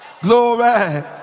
Glory